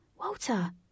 Walter